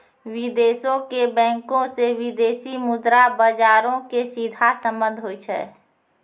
विदेशो के बैंको से विदेशी मुद्रा बजारो के सीधा संबंध होय छै